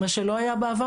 מה שלא היה בעבר,